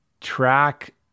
track